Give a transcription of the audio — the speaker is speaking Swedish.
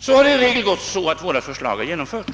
Sedan har våra förslag i regel gått igenom.